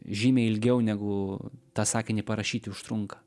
žymiai ilgiau negu tą sakinį parašyti užtrunka